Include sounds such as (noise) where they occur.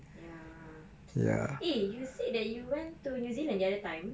ya (noise) eh you said that you went to new zealand the other time